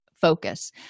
focus